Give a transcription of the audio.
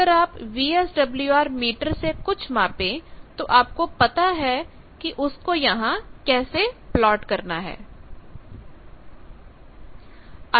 अगर आप VSWR meter से कुछ मापे तो आपको पता है कि उसको यहां कैसे प्लॉट करना है